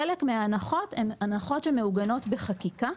חלק מההנחות הן הנחות שמעוגנות בחקיקה.